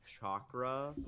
chakra